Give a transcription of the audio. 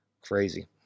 crazy